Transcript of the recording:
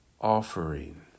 offering